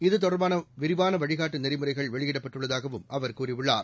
இதுதொடர்பானவிரிவானவழிகாட்டுநெறிமுறைகள் வெளியிடப் பட்டுள்ளதாகவும் அவர் கூறியுள்ளார்